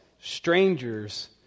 strangers